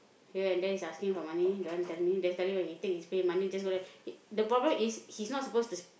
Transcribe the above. here and there he's asking for money don't want tell me then suddenly when he take his pay money just go there the problem is he's not suppose to s~